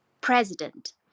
President